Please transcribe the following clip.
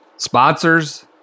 Sponsors